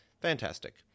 Fantastic